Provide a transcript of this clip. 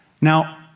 Now